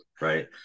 right